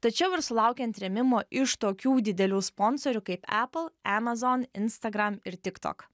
tačiau ir sulaukiant rėmimo iš tokių didelių sponsorių kaip apple amazon instagram ir tik tok